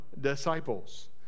disciples